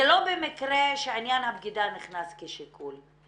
זה לא במקרה שעניין הבגידה ניכנס כשיקול.